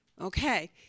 Okay